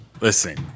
Listen